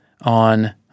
on